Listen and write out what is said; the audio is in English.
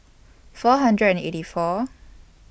four hundred and eighty four